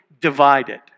divided